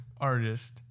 artist